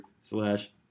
slash